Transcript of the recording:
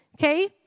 Okay